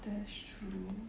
that's true